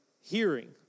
hearing